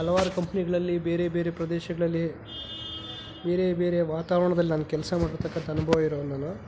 ಹಲವಾರು ಕಂಪ್ನಿಗಳಲ್ಲಿ ಬೇರೆ ಬೇರೆ ಪ್ರದೇಶಗಳಲ್ಲಿ ಬೇರೆ ಬೇರೆ ವಾತಾವರಣದಲ್ಲಿ ನಾನು ಕೆಲಸ ಮಾಡಿರ್ತಕ್ಕಂಥ ಅನುಭವ ಇರೋನು ನಾನು